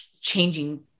changing